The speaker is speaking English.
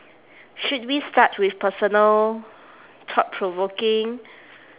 should we start with personal thought provoking